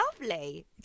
lovely